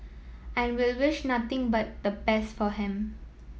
and we'll wish nothing but the best for him